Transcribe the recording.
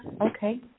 Okay